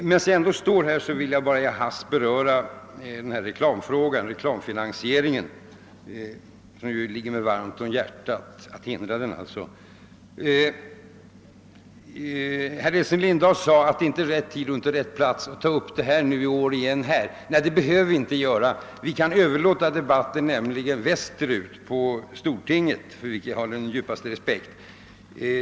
Medan jag ändå är uppe i talarstolen vill jag bara i hast beröra frågan om reklamfinansiering, som det ligger mig varmt om hjärtat att förhindra. Herr Lindahl sade att detta inte är rätt tid och rätt plats att ta upp denna fråga igen. Nej, det behöver vi inte göra. Vi kan överlåta debatten på stortinget, för vilket jag har den djupaste respekt.